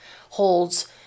holds